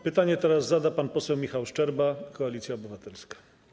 Pytanie teraz zada pan poseł Michał Szczerba, Koalicja Obywatelska.